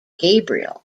gabriel